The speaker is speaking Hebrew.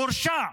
הוא הורשע,